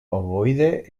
ovoide